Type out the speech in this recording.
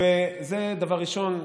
זה דבר ראשון.